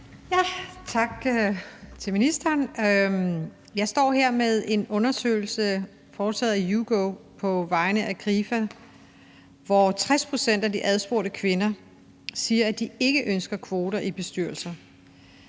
Tak til ministeren. Jeg står her med en undersøgelse foretaget af YouGov på vegne af Krifa, hvor 60 pct. af de adspurgte kvinder siger, at de ikke ønsker kvoter i bestyrelser.